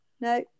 No